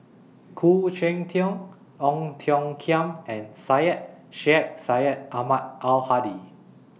Khoo Cheng Tiong Ong Tiong Khiam and Syed Sheikh Syed Ahmad Al Hadi